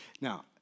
Now